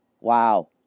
Wow